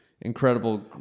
incredible